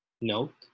Note